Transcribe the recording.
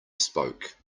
spoke